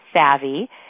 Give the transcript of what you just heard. savvy